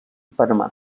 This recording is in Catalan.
panamà